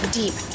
deep